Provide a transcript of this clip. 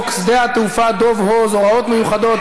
שדה התעופה דב הוז (הוראות מיוחדות),